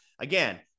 Again